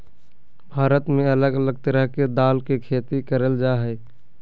भारत में अलग अलग तरह के दाल के खेती करल जा हय